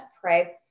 pray